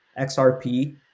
XRP